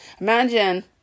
Imagine